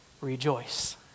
rejoice